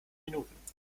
minuten